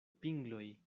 pingloj